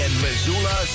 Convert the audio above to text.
Missoula